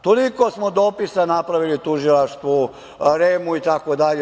Toliko smo dopisa napravili Tužilaštvu, REM-u, itd.